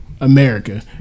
America